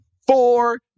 Four